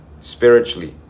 spiritually